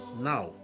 now